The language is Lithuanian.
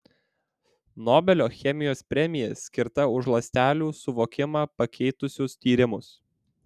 nobelio chemijos premija skirta už ląstelių suvokimą pakeitusius tyrimus